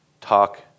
talk